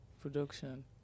Production